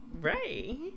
Right